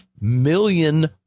million